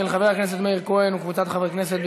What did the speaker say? של חבר הכנסת מאיר כהן וקבוצת חברי כנסת,